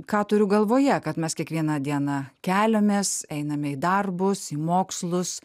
ką turiu galvoje kad mes kiekvieną dieną keliamės einame į darbus į mokslus